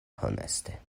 honeste